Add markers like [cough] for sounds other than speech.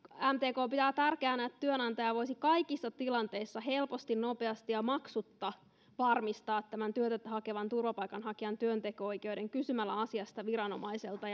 mtk pitää tärkeänä että työnantaja voisi kaikissa tilanteissa helposti nopeasti ja maksutta varmistaa työtä hakevan turvapaikanhakijan työnteko oikeuden kysymällä asiasta viranomaiselta [unintelligible]